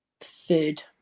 Third